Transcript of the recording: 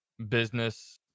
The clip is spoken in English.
business